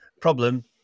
Problem